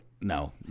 no